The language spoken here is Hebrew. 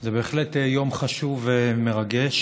זה בהחלט יום חשוב ומרגש,